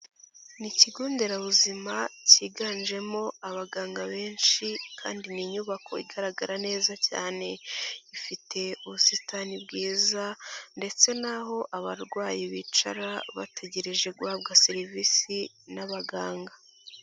Ni ikigo nderabuzima cyiganjemo abaganga benshi kandi ni inyubako igaragara neza cyane, ifite ubusitani bwiza ndetse n'aho abarwayi bicara, bategereje guhabwa serivisi n'abaganga.